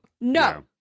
No